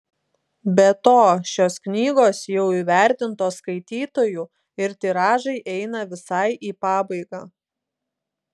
be to šios knygos jau įvertintos skaitytojų ir tiražai eina visai į pabaigą